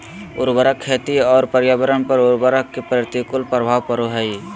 उर्वरक खेती और पर्यावरण पर उर्वरक के प्रतिकूल प्रभाव पड़ो हइ